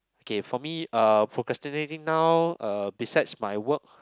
okay for me uh procrastinating now uh besides my work